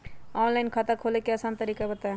Online खाता खोले के आसान तरीका बताए?